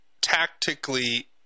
tactically